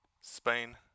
Spain